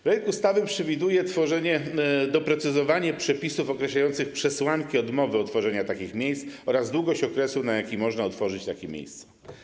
Projekt ustawy przewiduje doprecyzowanie przepisów określających przesłanki odmowy utworzenia takich miejsc oraz długość okresu, na jaki można otworzyć takie miejsca.